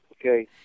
okay